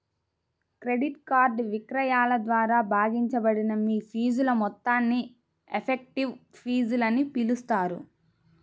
credit card విక్రయాల ద్వారా భాగించబడిన మీ ఫీజుల మొత్తాన్ని ఎఫెక్టివ్ ఫీజులని పిలుస్తారు